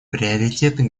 приоритеты